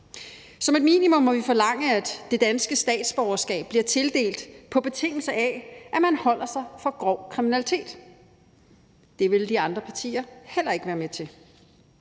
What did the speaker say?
Som et minimum må vi forlange, at det danske statsborgerskab bliver tildelt på betingelse af, at man holder sig fra grov kriminalitet. Det vil de andre partier heller ikke være med til.